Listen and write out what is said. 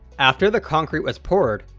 after the concrete was poured,